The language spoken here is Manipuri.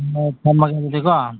ꯑꯥ ꯊꯝꯃꯒꯦ ꯑꯗꯨꯗꯤꯀꯣ